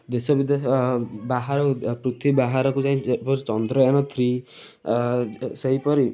ଦେଶ ବିଦେଶ ବାହାରୁ ପୃଥିବୀ ବାହାରକୁ ଯାଇ ଯେପରି ଚନ୍ଦ୍ରାୟଣ ଥ୍ରୀ ସେଇପରି